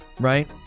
right